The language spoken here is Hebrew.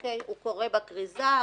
הוא קורא בכריזה,